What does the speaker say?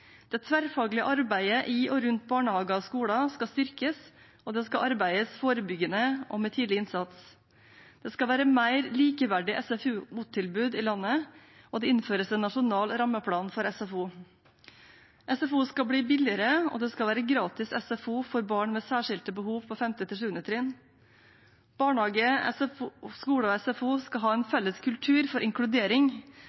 Det tverrfaglige arbeidet i og rundt barnehager og skoler skal styrkes, og det skal arbeides forebyggende og med tidlig innsats. Det skal være et mer likeverdig SFO-tilbud i landet, og det innføres en nasjonal rammeplan for SFO. SFO skal bli billigere, og det skal være gratis SFO for barn med særskilte behov på 5.–7. trinn. Barnehage, skole og SFO skal ha en